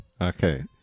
Okay